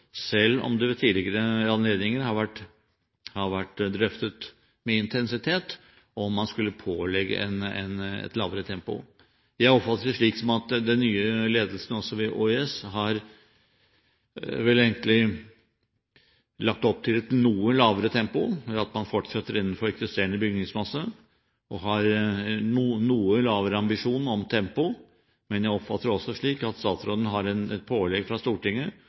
selv om man ved tidligere anledninger med intensitet har drøftet om man skulle pålegge et lavere tempo. Jeg oppfatter det slik at den nye ledelsen ved OUS egentlig har lagt opp til et noe lavere tempo, ved at man fortsetter innenfor eksisterende bygningsmasse og har en noe lavere ambisjon om tempo. Men jeg oppfatter det også slik at statsråden har et pålegg fra Stortinget